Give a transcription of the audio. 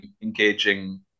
engaging